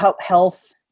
Health